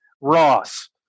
Ross